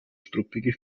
struppige